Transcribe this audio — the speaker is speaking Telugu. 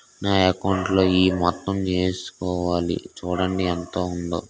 నా అకౌంటులో ఈ మొత్తం ఏసుకోవాలి చూడండి ఎంత ఉందో